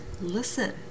Listen